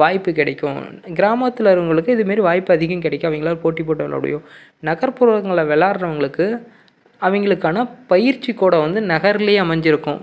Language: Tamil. வாய்ப்பு கிடைக்கும் கிராமத்தில் இருக்கிறவங்களுக்கு இதை மாரி வாய்ப்பு அதிகம் கிடைக்கும் அவங்களால போட்டி போட்டு விளாட முடியும் நகர்ப்புறங்களில் விளாட்றவங்களுக்கு அவங்களுக்கான பயிற்சி கூடம் வந்து நகர்லேயே அமைஞ்சிருக்கும்